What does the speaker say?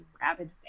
rabid